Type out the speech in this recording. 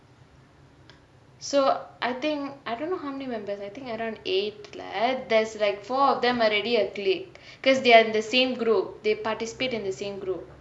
so I think I don't know how many members I think around eight right there's like four of them already a clique because they are in the same group they participate in the same group